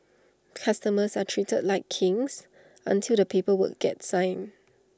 customers are treated like kings until the paper work gets signed